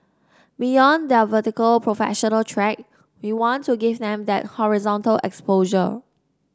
beyond their vertical professional track we want to give them that horizontal exposure